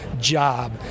job